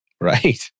Right